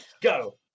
Go